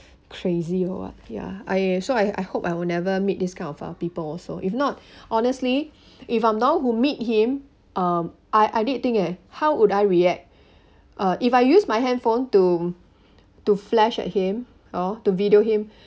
crazy or what ya I so I I hope I will never meet this kind of uh people also if not honestly if I'm the one who meet him are I I did think eh how would I react uh if I use my handphone to to flash at him uh to video him